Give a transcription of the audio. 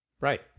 Right